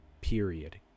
Period